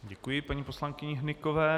Děkuji paní poslankyni Hnykové.